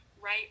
right